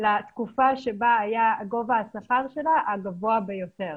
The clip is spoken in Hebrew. לתקופה שבה היה גובה השכר שלה הגבוה ביותר.